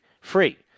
Free